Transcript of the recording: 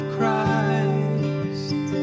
Christ